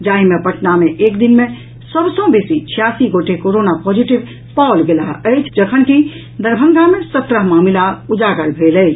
जाहि मे पटना मे एक दिन मे सभ सँ बेसी छियासी गोटे कोरोना पॉजिटिव पाओल गेलाह अछि जखनकि दरभंगा मे सत्रह मामिला उजागर भेल अछि